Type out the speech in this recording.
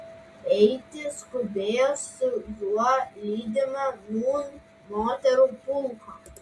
eiti skubėjo su juo lydima nūn moterų pulko